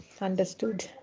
understood